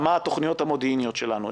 מה התכניות המודיעיניות שלנו.